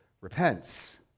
repents